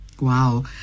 Wow